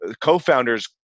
co-founders